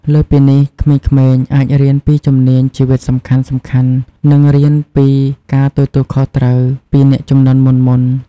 លើសពីនេះ ក្មេងៗអាចរៀនពីជំនាញជីវិតសំខាន់ៗ និងរៀនពីការទទួលខុសត្រូវពីអ្នកជំនាន់មុនៗ។